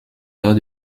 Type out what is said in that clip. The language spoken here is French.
lors